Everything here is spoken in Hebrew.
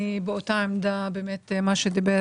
אני באותה העמדה של חמד.